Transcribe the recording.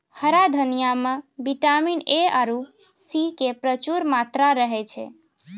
हरा धनिया मॅ विटामिन ए आरो सी के प्रचूर मात्रा रहै छै